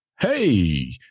Hey